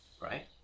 Right